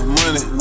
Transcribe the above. money